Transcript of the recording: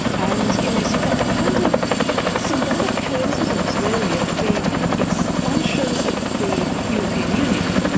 and you know so you've got that kind of symbolic coincidence really of the expansion of the european union,